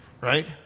Right